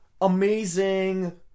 amazing